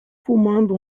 fumando